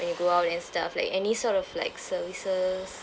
when you go out and stuff like any sort of like services